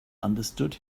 understood